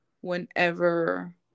whenever